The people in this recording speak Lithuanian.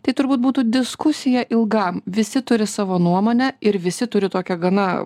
tai turbūt būtų diskusija ilgam visi turi savo nuomonę ir visi turi tokią gana